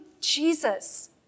Jesus